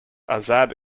azad